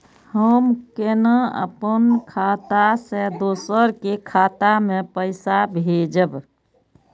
हम केना अपन खाता से दोसर के खाता में पैसा भेजब?